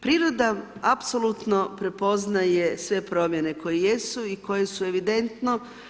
Priroda apsolutno prepoznaje sve promijene koje jesu i koje su evidentno.